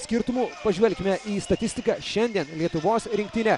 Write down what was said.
skirtumu pažvelkime į statistiką šiandien lietuvos rinktinė